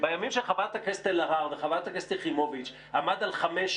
שבימים של חברת הכנסת אלהרר וחברת הכנסת יחימוביץ' עמד על 5:6,